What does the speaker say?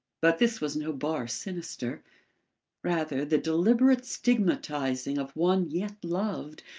but this was no bar sinister rather the deliberate stigmatising of one yet loved,